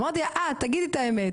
אמרתי תגיד את האמת,